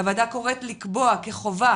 הועדה קוראת לקבוע כחובה,